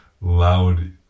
loud